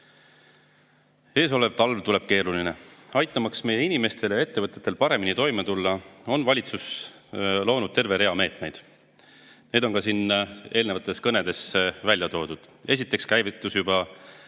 Eesolev talv tuleb keeruline. Aitamaks meie inimestel ja ettevõtetel paremini toime tulla, on valitsus loonud terve rea meetmeid. Need on ka eelnevates kõnedes välja toodud. Esiteks käivitus